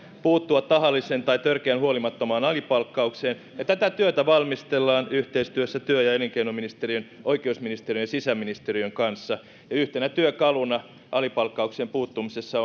puuttua tahalliseen tai törkeän huolimattomaan alipalkkaukseen ja tätä työtä valmistellaan yhteistyössä työ ja elinkeinoministeriön oikeusministeriön ja sisäministeriön kanssa yhtenä työkaluna alipalkkaukseen puuttumisessa